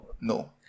No